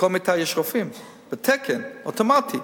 לכל מיטה יש רופאים בתקן, אוטומטי.